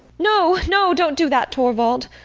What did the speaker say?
no, no! don't do that, torvald!